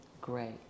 Great